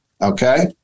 Okay